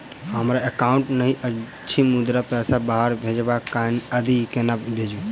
हमरा एकाउन्ट नहि अछि मुदा पैसा बाहर भेजबाक आदि केना भेजू?